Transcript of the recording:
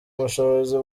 ubushobozi